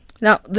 Now